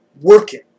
working